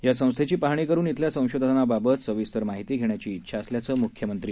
या संस्थेची पाहणी करुन इथल्या संशोधनाबाबत सविस्तर माहिती घेण्याची इच्छा असल्याचं मुख्यमंत्री म्हणाले